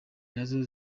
nazo